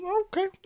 okay